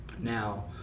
Now